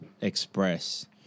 express